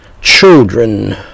children